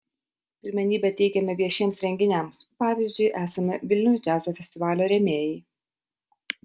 pirmenybę teikiame viešiems renginiams pavyzdžiui esame vilniaus džiazo festivalio rėmėjai